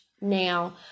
Now